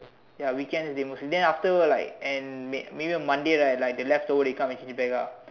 ya weekends they mostly then after like and may maybe Monday right like the left over the come back to change back ah